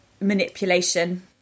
manipulation